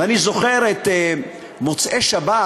ואני זוכר את מוצאי שבת,